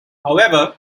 however